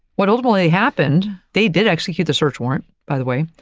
what ultimately happened? they did execute the search warrant, by the way,